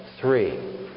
three